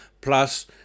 plus